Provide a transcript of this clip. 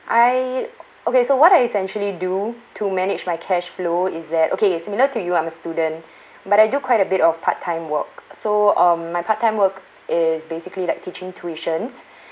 I okay so what I essentially do to manage my cash flow is that okay similar to you I'm a student but I do quite a bit of part time work so on my part time work is basically like teaching tuitions